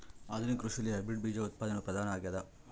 ಆಧುನಿಕ ಕೃಷಿಯಲ್ಲಿ ಹೈಬ್ರಿಡ್ ಬೇಜ ಉತ್ಪಾದನೆಯು ಪ್ರಧಾನ ಆಗ್ಯದ